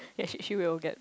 ya she she will get